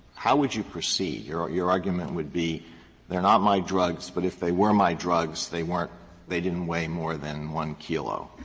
how would you proceed? your your argument would be they're not my drugs, but if they were my drugs, they weren't they didn't weigh more than one kilo.